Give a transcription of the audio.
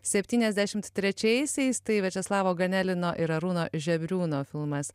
septyniasdešimt trečiaisiais tai viačeslavo ganelino ir arūno žebriūno filmas